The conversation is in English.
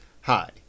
Hi